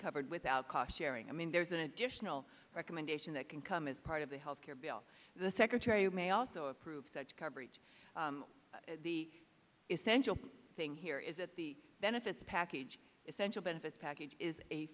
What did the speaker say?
covered without cost sharing i mean there's an additional recommendation that can come as part of the health care bill the secretary may also approve such coverage the essential thing here is that the benefits package essential benefits package is a